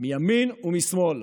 מימין ומשמאל,